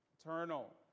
eternal